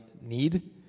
need